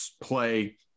play